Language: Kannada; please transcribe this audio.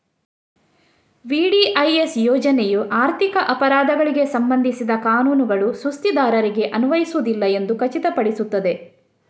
ವಿ.ಡಿ.ಐ.ಎಸ್ ಯೋಜನೆಯು ಆರ್ಥಿಕ ಅಪರಾಧಗಳಿಗೆ ಸಂಬಂಧಿಸಿದ ಕಾನೂನುಗಳು ಸುಸ್ತಿದಾರರಿಗೆ ಅನ್ವಯಿಸುವುದಿಲ್ಲ ಎಂದು ಖಚಿತಪಡಿಸುತ್ತದೆ